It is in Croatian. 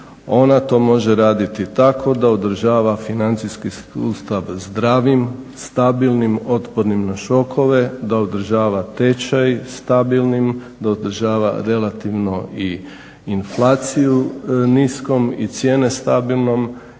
ona to može raditi tako da održava financijski sustav zdravim, stabilnim, otpornim na šokove, da održava tečaj stabilnim, da održava relativno i inflaciju niskom i cijene stabilnima